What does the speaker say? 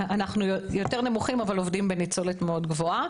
נמוכים אבל עובדים בניצולת מאוד גבוהה.